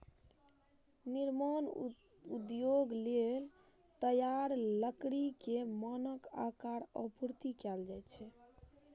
निर्माण उद्योग लेल तैयार लकड़ी कें मानक आकार मे आपूर्ति कैल जाइ छै